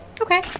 Okay